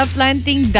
Planting